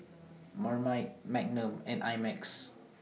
Marmite Magnum and I Max